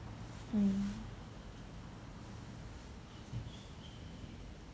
mm